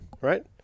Right